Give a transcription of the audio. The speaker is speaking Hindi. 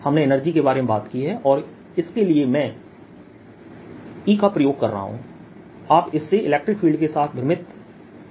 हमने एनर्जी के बारे में बात की है और इसके लिए मैं E का प्रयोग कर रहा हूं आप इससे इलेक्ट्रिक फील्ड के साथ भ्रमित ना हो